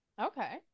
Okay